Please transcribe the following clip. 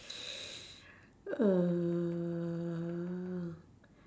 uhh